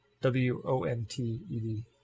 W-O-N-T-E-D